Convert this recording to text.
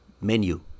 menu